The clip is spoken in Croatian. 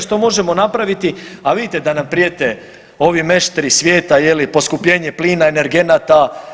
Što možemo napraviti, a vidite da nam prijete ovi meštri svijeta poskupljenje plina, energenata?